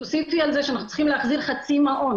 תוסיפי על זה שאנחנו צריכים להחזיר חצי מעון